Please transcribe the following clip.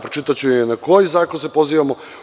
Pročitaću i na koji zakon se pozivamo.